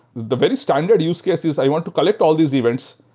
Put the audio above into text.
the very standard use case is i want to collect all these events.